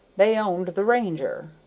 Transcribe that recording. they owned the ranger,